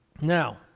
Now